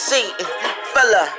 Fella